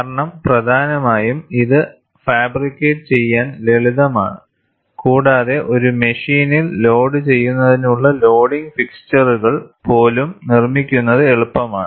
കാരണം പ്രധാനമായും ഇത് ഫാബ്രിക്കേറ്റ് ചെയ്യാൻ ലളിതം ആണ് കൂടാതെ ഒരു മെഷീനിൽ ലോഡുചെയ്യുന്നതിനുള്ള ലോഡിംഗ് ഫിക്സ്ച്ചറുകൾ പോലും നിർമ്മിക്കുന്നത് എളുപ്പമാണ്